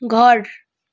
घर